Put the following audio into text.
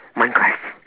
minecraft